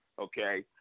okay